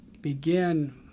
begin